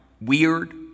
weird